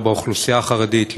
לא באוכלוסייה החרדית,